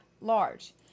large